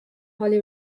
holly